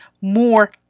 more